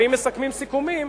ואם מסכמים סיכומים,